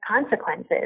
consequences